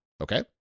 Okay